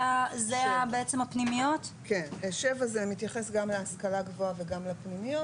זה מתייחס גם להשכלה גבוהה וגם לפנימיות.